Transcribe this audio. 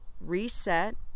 reset